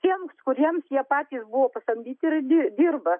tiems kuriems jie patys buvo pasamdyti ir di dirba